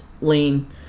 lean